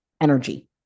energy